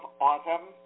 autumn